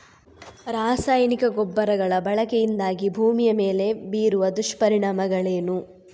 ರಾಸಾಯನಿಕ ಗೊಬ್ಬರಗಳ ಬಳಕೆಯಿಂದಾಗಿ ಭೂಮಿಯ ಮೇಲೆ ಬೀರುವ ದುಷ್ಪರಿಣಾಮಗಳೇನು?